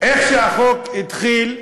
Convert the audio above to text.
איך שהתחלנו,